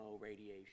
radiation